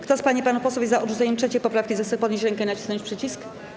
Kto z pań i panów posłów jest za odrzuceniem 3. poprawki, zechce podnieść rękę i nacisnąć przycisk.